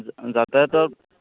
যাতায়তত